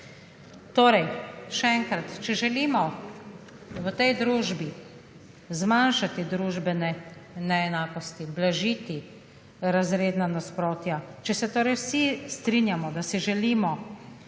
Torej, še enkrat. Če želimo v tej družbi zmanjšati družbene neenakosti, blažiti razredna nasprotja, če se torej vsi strinjamo, da si želimo